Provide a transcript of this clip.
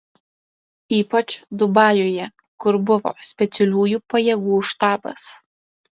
ypač dubajuje kur buvo specialiųjų pajėgų štabas